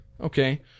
Okay